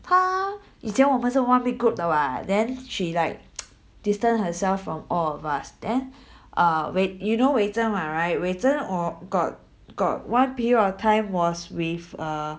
她以前我们是 one big group 的 what then she like distanced herself from all of us then ah when you know wei zhen what right wei zhen or got got one period of time was with err